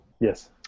Yes